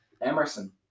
Emerson